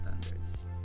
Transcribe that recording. standards